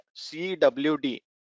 cwd